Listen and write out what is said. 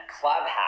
Clubhouse